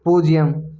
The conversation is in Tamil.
பூஜ்ஜியம்